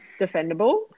defendable